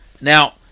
Now